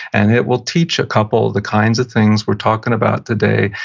and it will teach a couple the kinds of things we're talking about today,